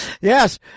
Yes